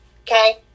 Okay